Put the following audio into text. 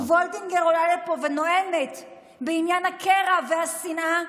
אם וולדיגר עולה לפה ונואמת בעניין הקרע והשנאה,